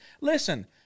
Listen